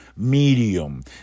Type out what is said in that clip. Medium